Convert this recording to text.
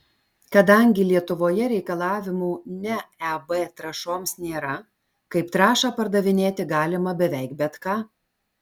kadangi lietuvoje reikalavimų ne eb trąšoms nėra kaip trąšą pardavinėti galima beveik bet ką